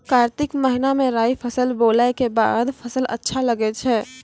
कार्तिक महीना मे राई फसल बोलऽ के बाद फसल अच्छा लगे छै